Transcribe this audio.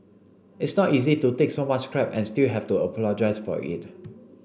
it's not easy to take so much crap and still have to apologise for it